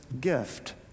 gift